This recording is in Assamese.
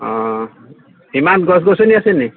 অঁ সীমাত গছ গছনি আছে নি